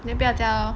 then 不要驾 lor